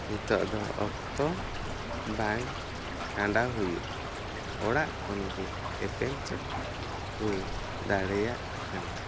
ᱱᱤᱛᱚᱜ ᱫᱚ ᱚᱠᱛᱚ ᱵᱟᱝ ᱠᱷᱟᱸᱰᱟᱣ ᱦᱩᱭᱩᱜ ᱠᱟᱱᱟ ᱚᱲᱟᱜ ᱠᱷᱚᱱᱜᱮ ᱮᱯᱮᱢ ᱪᱟᱯᱟᱞ ᱦᱩᱭ ᱫᱟᱲᱮᱭᱟᱜ ᱠᱟᱱᱟ